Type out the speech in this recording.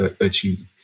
achieve